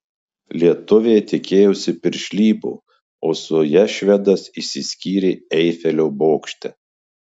lietuvė tikėjosi piršlybų o su ja švedas išsiskyrė eifelio bokšte